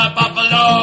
buffalo